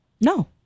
No